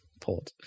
port